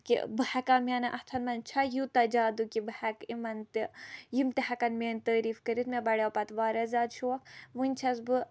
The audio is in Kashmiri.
کہِ بہٕ ہٮ۪کا میانٮ۪ن اَتھن منٛز چھا یوٗتاہ زیادٕ کہِ بہٕ ہٮ۪کہٕ یِمن تہِ یِم تہِ ہٮ۪کن میٲنۍ تعٲیٖف کٔرِتھ مےٚ بَڑیو پَتہٕ واریاہ زیادٕ شوق ؤنۍ چھَس بہٕ